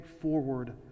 forward